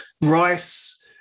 Rice